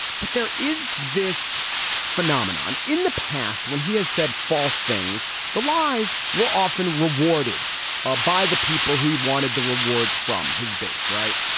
but there is this phenomenon in the past when he has said false things. the lies were often rewarded ah by the people who he wanted the rewards from his base. right.